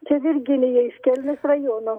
čia virginija iš kelmės rajono